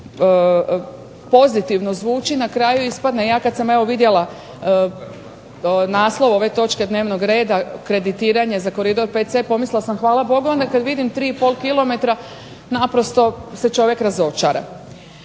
pozitivno zvuči na kraju ispadne, ja kad sam evo vidjela naslov ove točke dnevnog reda – Kreditiranje za Koridor VC pomislila sam hvala Bogu, a onda kad vidim 3,5 km naprosto se čovjek razočara.